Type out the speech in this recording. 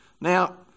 Now